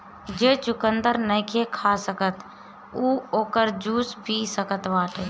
जे चुकंदर नईखे खा सकत उ ओकर जूस पी सकत बाटे